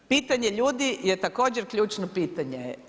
Pitanje ljudi je također ključno pitanje.